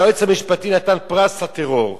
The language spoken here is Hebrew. היועץ המשפטי נתן פרס לטרור,